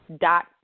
dot